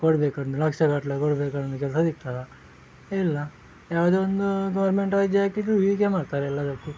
ಕೊಡಬೇಕಂದ್ರೆ ಲಕ್ಷಗಟ್ಟಲೆ ಕೊಡಬೇಕಂದ್ರೆ ಕೆಲಸ ಸಿಗ್ತದೆ ಇಲ್ಲ ಯಾವ್ದೇ ಒಂದು ಗೌರ್ಮೆಂಟ್ ಅರ್ಜಿ ಹಾಕಿದರೆ ಹೀಗೆ ಮಾಡ್ತಾರೆಲ್ಲದಕ್ಕು